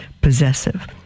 Possessive